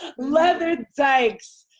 leather dykes,